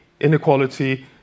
inequality